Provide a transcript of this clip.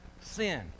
sin